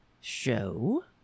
show